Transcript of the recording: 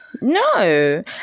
no